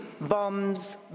bombs